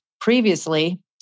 previously